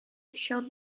showed